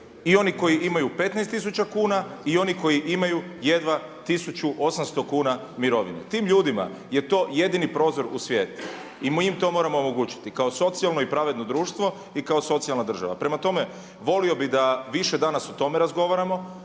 i oni koji imaju 15 tisuća kuna i oni koji imaju jedva 1800 kuna mirovinu. Tim ljudima je to jedini prozor u svijet i mi im to moramo omogućiti kao socijalno i pravedno društvo i kao socijalna država. Prema tome, volio bi da više danas o tome razgovaramo,